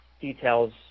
details